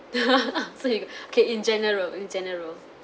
so you got okay in general in general